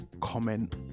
comment